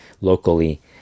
locally